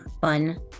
Fun